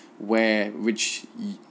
where which